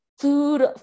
food